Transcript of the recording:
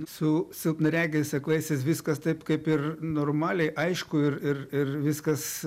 su silpnaregiais aklaisiais viskas taip kaip ir normaliai aišku ir ir ir viskas